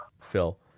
Phil